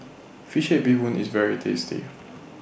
Fish Head Bee Hoon IS very tasty